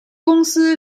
公司